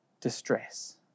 distress